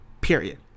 period